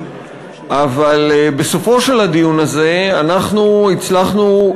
אבל בסופו של הדיון הזה אנחנו הצלחנו,